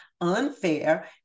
unfair